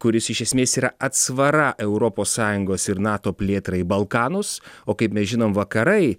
kuris iš esmės yra atsvara europos sąjungos ir nato plėtrai į balkanus o kaip mes žinom vakarai